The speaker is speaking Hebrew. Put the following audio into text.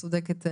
את צודקת,